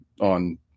on